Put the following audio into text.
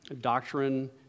doctrine